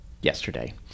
yesterday